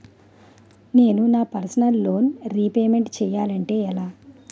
నేను నా personal loan repayment చేయాలంటే ఎలా?